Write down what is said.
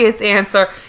answer